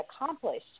accomplished